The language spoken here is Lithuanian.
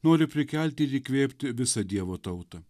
nori prikelti ir įkvėpti visą dievo tautą